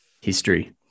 history